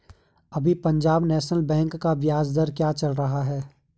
अभी Punjab national bank का ब्याज दर क्या चल रहा है?